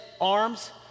arms